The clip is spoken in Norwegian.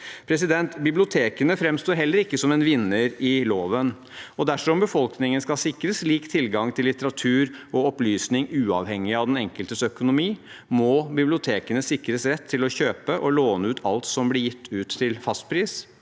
enn i dag. Bibliotekene framstår heller ikke som en vinner i loven. Dersom befolkningen skal sikres lik tilgang til litteratur og opplysning uavhengig av den enkeltes økonomi, må bibliotekene sikres rett til å kjøpe og låne ut alt som blir gitt ut, til fastpris,